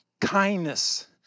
kindness